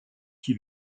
qui